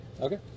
okay